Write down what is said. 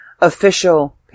official